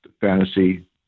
fantasy